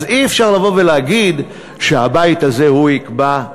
אז אי-אפשר לבוא ולהגיד שהבית הזה יקבע,